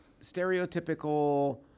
stereotypical